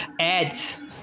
ads